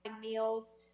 meals